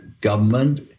government